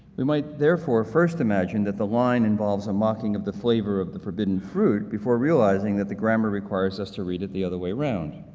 we might therefore first imagine that the line involves a mocking of the flavor of the forbidden fruit before realizing that the grammar requires us to read it the other way around.